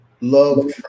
love